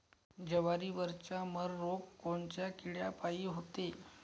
जवारीवरचा मर रोग कोनच्या किड्यापायी होते?